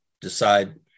decide